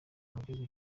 mugihugu